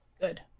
Good